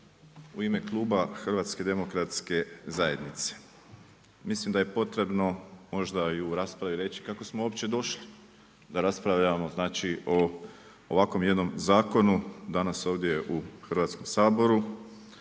u ime kluba HDZ-a. Mislim da je potrebno možda i u raspravi reći kako smo uopće došli da raspravljamo znači o ovako jednom zakonu danas ovdje u Hrvatskom saboru.